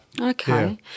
Okay